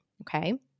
okay